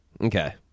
Okay